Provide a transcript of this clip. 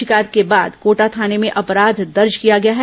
शिकायत के बाद कोटा थाने में अपराध दर्ज किया गया है